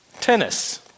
tennis